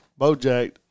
Bojack